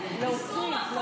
להוסיף.